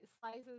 slices